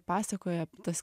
pasakoja tas